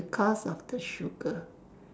because of the sugar